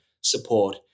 support